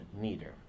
meter